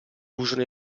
usano